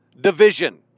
division